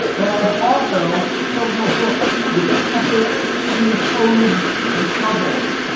but i have also filled my book with secret hidden codes and puzzles.